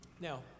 Now